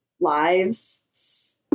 lives